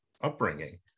upbringing